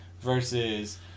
versus